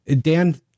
Dan